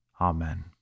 Amen